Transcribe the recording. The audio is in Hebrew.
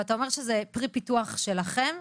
אתה אומר שזה פרי פיתוח שלכם.